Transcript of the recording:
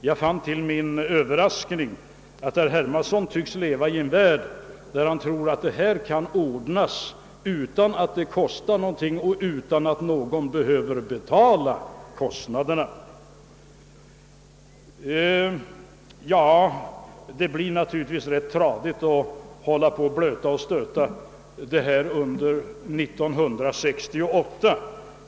Jag fann till min överraskning att herr Hermansson tycks leva i en värld, där han tror, att detta kan ordnas utan att det kostar någonting och utan att någon behöver betala kostnaderna. Det blir naturligtvis ganska tradigt att hålla på att stöta och blöta detta om vad som hände under 1968.